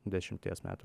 dešimties metų